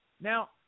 Now –